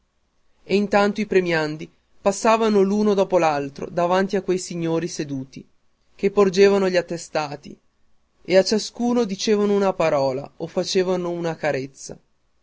e intanto i premiati passavano l'un dopo l'altro davanti a quei signori seduti che porgevano gli attestati e a ciascuno dicevano una parola o facevano una carezza